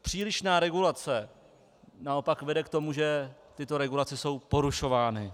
Přílišná regulace naopak vede k tomu, že tyto regulace jsou porušovány.